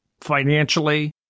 financially